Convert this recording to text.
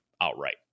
outright